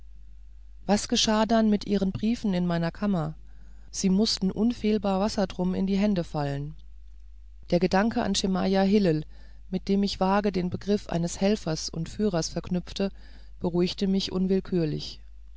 was geschah dann mit ihren briefen in meiner kammer sie mußten unfehlbar wassertrum in die hände fallen der gedanke an schemajah hillel mit dem ich vag den begriff eines helfers und führers verknüpfte beruhigte mich unwillkürlich